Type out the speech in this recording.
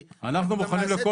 יושב הראש התחלף.